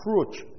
approach